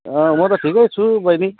म त ठिकै छु बहिनी